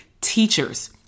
teachers